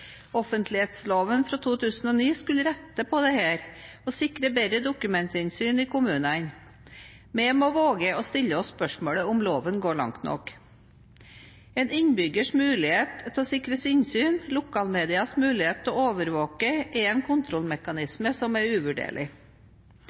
Offentlighetsloven fra 2009 skulle rette på dette og sikre bedre dokumentinnsyn i kommunene. Vi må våge å stille oss spørsmålet om loven går langt nok. En innbyggers mulighet til å sikres innsyn, lokalmedienes mulighet til å overvåke er en